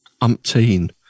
umpteen